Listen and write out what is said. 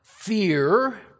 Fear